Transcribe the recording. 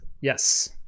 yes